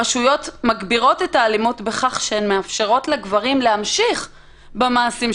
יש אפשרות לעשות את